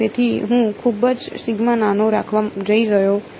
તેથી હું ખૂબ જ નાનો રાખવા જઈ રહ્યો છું